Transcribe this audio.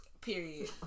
Period